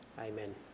Amen